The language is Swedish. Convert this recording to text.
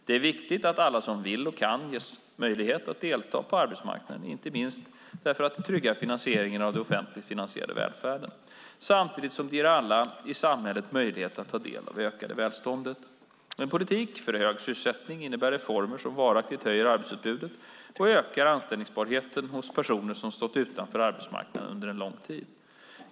Det är viktigt att alla som vill och kan ges möjlighet att delta på arbetsmarknaden, inte minst därför att det tryggar finansieringen av den offentligt finansierade välfärden samtidigt som det ger alla i samhället möjlighet att ta del av det ökade välståndet. En politik för hög sysselsättning innebär reformer som varaktigt höjer arbetsutbudet och ökar anställningsbarheten hos personer som har stått utanför arbetsmarknaden under lång tid.